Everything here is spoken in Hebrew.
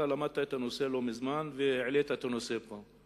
ואתה למדת את הנושא לא מזמן והעלית את הנושא פה,